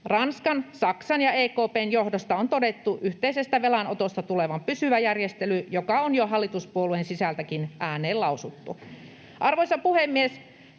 Ranskan, Saksan ja EKP:n johdosta on todettu yhteisestä velanotosta tulevan pysyvä järjestely, mikä on jo hallituspuolueen sisältäkin ääneen lausuttu. Arvoisa puhemies!